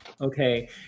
okay